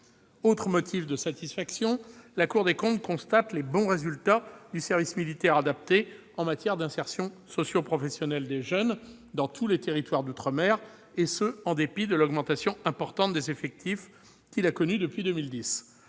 Autre motif de satisfaction, la Cour des comptes constate les bons résultats du service militaire adapté en matière d'insertion socioprofessionnelle des jeunes dans tous les territoires d'outre-mer, et ce en dépit de l'augmentation importante des effectifs qu'il a connue depuis 2010.